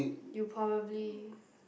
you probably